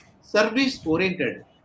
service-oriented